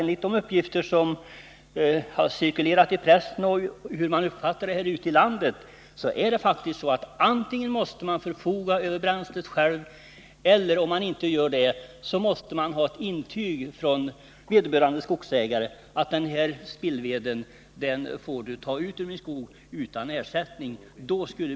Enligt de uppgifter som cirkulerat i pressen och enligt den uppfattning man har fått ute i landet måste den sökande alltså för att bidrag skall utgå förfoga över bränslet själv eller, om så inte är fallet, ha ett intyg från vederbörande skogsägare om att spillveden får tas ut utan ersättning.